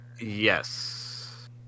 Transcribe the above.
Yes